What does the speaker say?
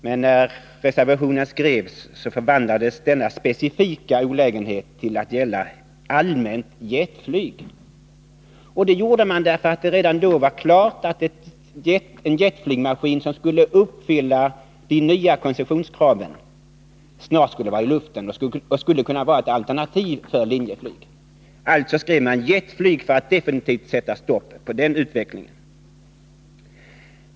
Men när reservationerna skrevs, omvandlades denna specifika olägenhet till allmänt jetflyg. Det gjorde man för att det redan då var klart att en jetflygmaskin som skulle uppfylla de nya koncessionskraven snart skulle vara i luften och kunde bli ett alternativ för Linjeflyg. Alltså skrev man jetflyg för att definitivt sätta stopp för utvecklingen.